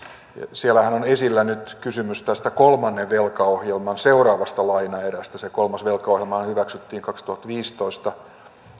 siellähän on esillä nyt kysymys kolmannen velkaohjelman seuraavasta lainaerästä se kolmas velkaohjelmahan hyväksyttiin kaksituhattaviisitoista